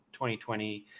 2020